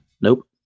Nope